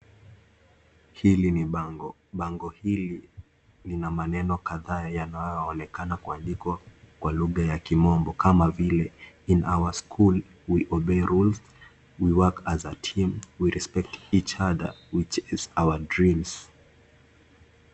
Hili ni bango. Bango hili lina maneno kadhaa yanaonekana kuandikwa kwa lugha ya kimombo kama vile,(cs) in our school, we obey rules, we work as a team, we respect each other, we chase our dreams(CS).